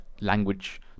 language